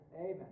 Amen